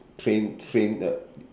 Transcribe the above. train train the